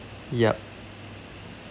yup